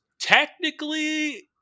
Technically